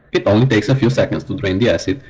it only takes a few second to drain the acid,